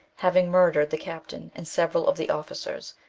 having murdered the captain and several of the officers,